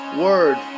word